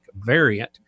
variant